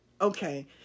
okay